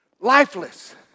lifeless